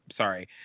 sorry